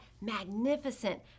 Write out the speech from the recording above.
magnificent